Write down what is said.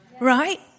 right